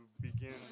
begin